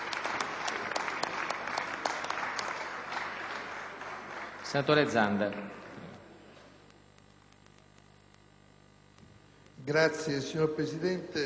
Grazie,